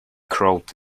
crawled